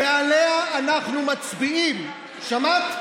ועליה אנחנו מצביעים, שמעת?